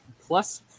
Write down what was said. plus